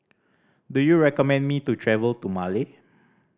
do you recommend me to travel to Male